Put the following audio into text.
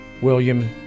William